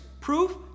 Proof